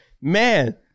man